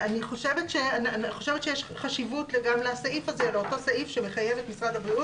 יש חשיבות גם לסעיף שמחייב את משרד הבריאות